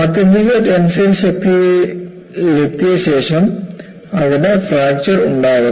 ആത്യന്തിക ടെൻസൈൽ ശക്തിയിലെത്തിയ ശേഷം അതിനു ഫ്രാക്ചർ ഉണ്ടാവുന്നു